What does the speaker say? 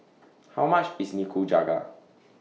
How much IS Nikujaga